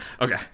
Okay